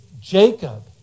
jacob